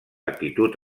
actitud